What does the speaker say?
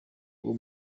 uwo